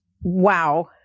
wow